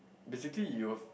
basically you will